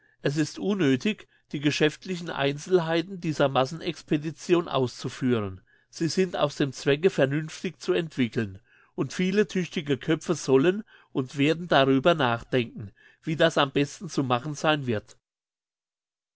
es ist unnöthig die geschäftlichen einzelheiten dieser massenexpedition auszuführen sie sind aus dem zwecke vernünftig zu entwickeln und viele tüchtige köpfe sollen und werden darüber nachdenken wie das am besten zu machen sein wird